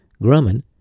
Grumman